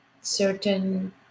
certain